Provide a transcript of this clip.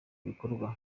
bikorwa